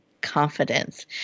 confidence